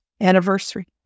Anniversary